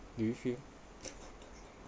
do you feel